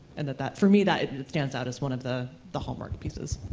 and that that, for me, that stands out as one of the the hallmark pieces.